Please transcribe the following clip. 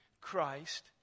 Christ